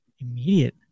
immediate